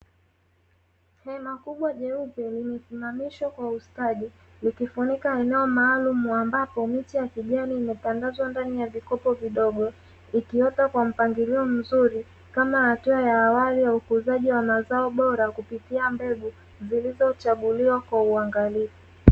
Hema kubwa jeupe limesimamishwa kwa ustadi likifunika eneo maalumu ambapo miche ya kijani imetandazwa ndani ya vikopo vidogo, ikiota kwa mpangilio mzuri kama hatua ya awali ya ukuzaji wa mazao bora kupitia mbegu zilizochaguliwa kwa uangalifu.